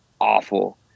awful